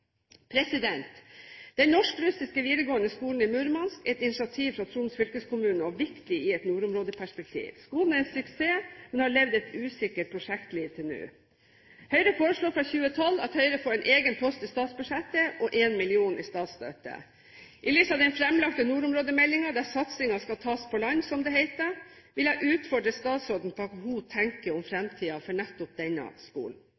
Den norsk-russiske videregående skolen i Murmansk er et initiativ fra Troms fylkeskommune og viktig i et nordområdeperspektiv. Skolen er en suksess, men har levd et usikkert prosjektliv til nå. Høyre foreslår fra 2012 at skolen får en egen post i statsbudsjettet og 1 mill. kr i statsstøtte. I lys av den fremlagte nordområdemeldingen, der satsingen skal «tas på land», som det heter, vil jeg utfordre statsråden på hva hun tenker om fremtiden for nettopp denne skolen.